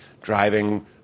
driving